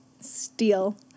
Steal